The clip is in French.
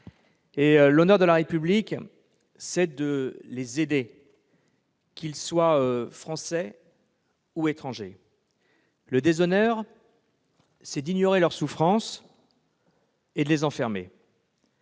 L'honneur de la République, c'est d'aider ces enfants, qu'ils soient français ou étrangers. Le déshonneur, c'est d'ignorer leur souffrance et de les enfermer.